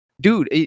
Dude